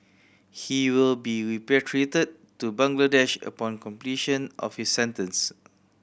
he will be repatriated to Bangladesh upon completion of his sentence